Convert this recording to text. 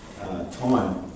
time